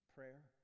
Prayer